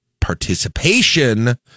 participation